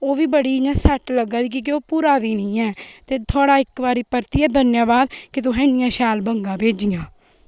बी बड़ी इ'यां सैट लगा दी क्युंकी कि के ओह् पुरा दी निं ऐ ते थुआड़ा इक बारी परतियै धन्यवाद की थोह्हे इनियां शैल बंगा भेजियां